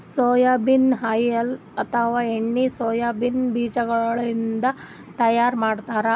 soybean oil ಅಥವಾ ಎಣ್ಣಿ soybean ಬಿಜಾಗೋಳಿನ್ದ ತೈಯಾರ್ ಮಾಡ್ತಾರ್